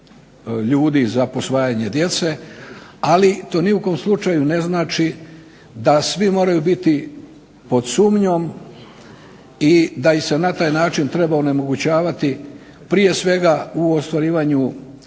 ljudi za posvajanje djece, ali to ni u kom slučaju ne znači da svi moraju biti pod sumnjom i da im se na taj način treba onemogućavati prije svega u ostvarivanju interesa